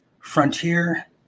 Frontier